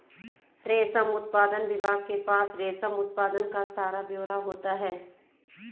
रेशम उत्पादन विभाग के पास रेशम उत्पादन का सारा ब्यौरा होता है